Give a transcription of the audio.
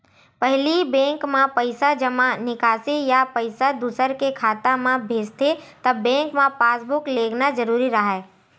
पहिली बेंक म पइसा जमा, निकासी या पइसा दूसर के खाता म भेजथे त बेंक म पासबूक लेगना जरूरी राहय